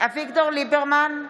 אביגדור ליברמן,